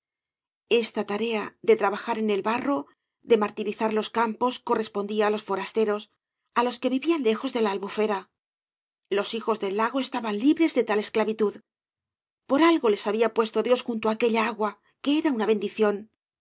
easa tarea de trabajar en el barro de martirizar loa campos correspondía á los forasteros á los que vivían lejos de la albufera los hijos del lago estaban libres de tal esclavitud por algo les había puesto dios junto á aquella agua que era una bendición